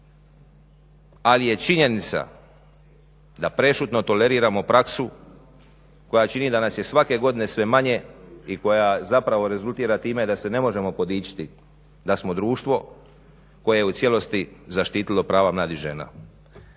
Ali je činjenica da prešutno toleriramo praksu koja čini da nas je svake godine sve manje i koja zapravo rezultirat time da se ne možemo podičiti da smo društvo koje je u cijelosti zaštitilo pravo mladih žena.